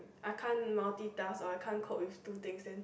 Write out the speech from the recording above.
I can't multitask or I can't cope with two things then